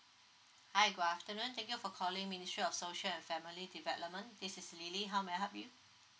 hi good afternoon thank you for calling ministry of social and family development this is lily how may I help you